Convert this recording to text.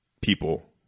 people